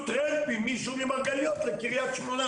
טרמפ עם מישהו ממרגליות לקריית שמונה,